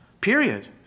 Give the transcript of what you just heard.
period